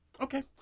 okay